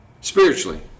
spiritually